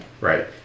right